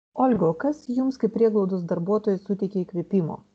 olga o kas jums kaip prieglaudos darbuotojai suteikia įkvėpimo